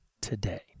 today